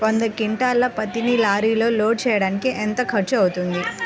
వంద క్వింటాళ్ల పత్తిని లారీలో లోడ్ చేయడానికి ఎంత ఖర్చవుతుంది?